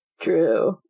True